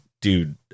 dude